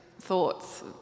thoughts